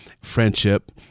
friendship